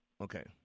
okay